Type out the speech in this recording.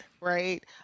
right